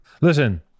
Listen